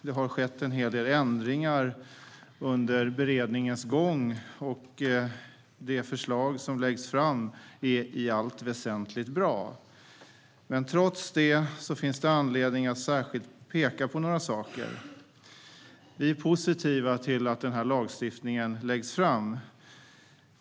Det har skett en hel del ändringar under beredningens gång. Det förslag som läggs fram är i allt väsentligt bra. Men trots det finns det anledning att peka på några saker. Vi är positiva till att det här förslaget till lagstiftning läggs fram.